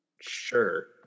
sure